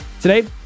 Today